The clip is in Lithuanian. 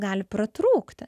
gali pratrūkti